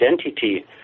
identity